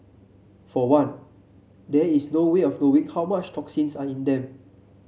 for one there is no way of knowing how much toxins are in them